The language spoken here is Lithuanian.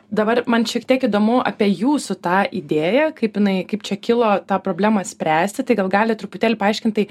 dabar man šiek tiek įdomu apie jūsų tą idėją kaip jinai kaip čia kilo tą problemą spręsti tai gal galit truputėlį paaiškint tai